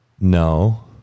No